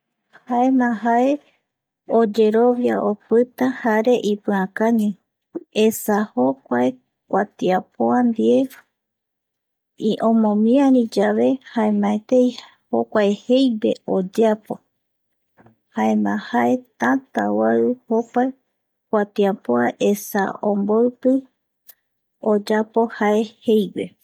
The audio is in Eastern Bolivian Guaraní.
Jaema jae oyerovia opita jare ipiakañi esa jokua kuatiapöa ndie omomiari yave jaemaetei jokuae jeigue oyeapo jaema jae tata oau jokua kuatiapöa esa omboipi oyapo jae jeigue